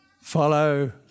follow